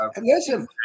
Listen